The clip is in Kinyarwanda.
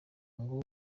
ngo